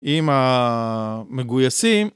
עם המגויסים